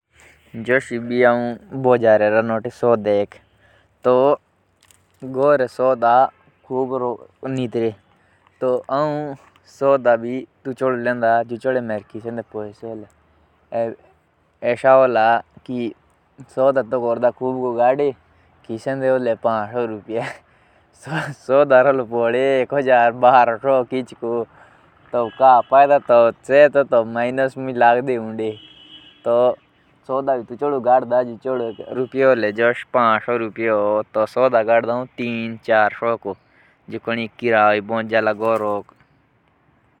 जब आमे बोजारै जाओ तो आमुक तुचोड़ोई सोधा पोड़नो गडनो जुचोड़े खिसेंदे पैसे होले। ओर समानो का पर्चा दरकीदी पोढ्धा लेना।